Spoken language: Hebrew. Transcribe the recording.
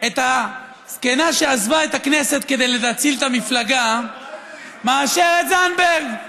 את הזקנה שעזבה את הכנסת כדי להציל את המפלגה מאשר את זנדברג,